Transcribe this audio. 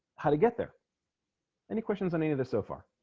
how to get there any questions on any of this so far